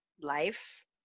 life